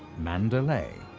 mandalay.